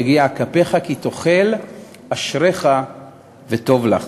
"יגיע כפיך כי תאכֵל אשריך וטוב לך".